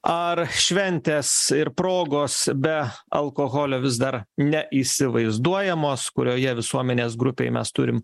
ar šventės ir progos be alkoholio vis dar neįsivaizduojamos kurioje visuomenės grupėj mes turim